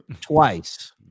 twice